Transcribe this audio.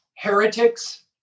Heretics